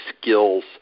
skills